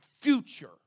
future